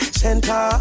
center